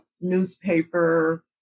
newspaper